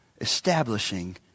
establishing